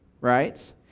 right